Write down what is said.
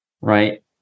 right